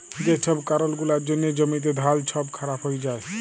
যে ছব কারল গুলার জ্যনহে জ্যমিতে ধাল ছব খারাপ হঁয়ে যায়